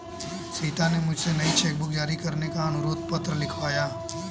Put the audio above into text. सीता ने मुझसे नई चेक बुक जारी करने का अनुरोध पत्र लिखवाया